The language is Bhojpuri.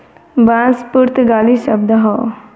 बांस पुर्तगाली शब्द हौ